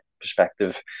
perspective